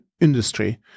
industry